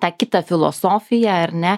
tą kitą filosofiją ar ne